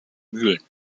mühlen